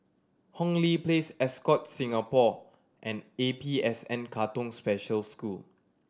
Hong Lee Place Ascott Singapore and A P S N Katong Special School